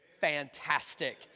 fantastic